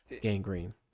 gangrene